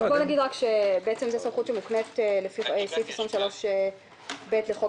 נגיד שבעצם זו סמכות שמוקנית לפי סעיף 23(ב) לחוק